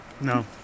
No